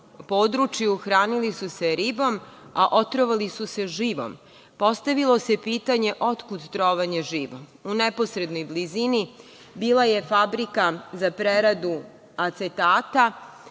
području hranili su se ribom, a otrovali su se živom. Postavilo se pitanje otkud trovanje živom. U nepotrebnoj blizini bila je fabrika za preradu acetata